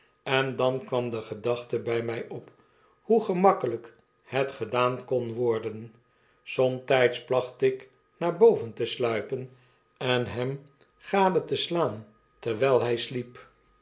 en dan kwam de gedachte bij mij op hoe gemakkelyk het gedaan kon worden somtyds placht ik naar boven te sluipen en hem gade te slaan terwyl hy sliep